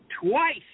twice